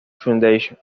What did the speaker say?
foundation